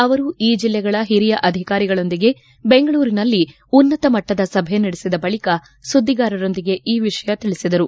ಅವರು ಈ ಜಿಲ್ಲೆಗಳ ಹಿರಿಯ ಅಧಿಕಾರಿಗಳೊಂದಿಗೆ ಬೆಂಗಳೂರಿನಲ್ಲಿ ಉನ್ನತ ಮಟ್ಟದ ಸಭೆ ನಡೆಸಿದ ಬಳಿಕ ಸುದ್ದಿಗಾರರಿಗೆ ಈ ವಿಷಯ ತಿಳಿಸಿದರು